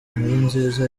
nkurunziza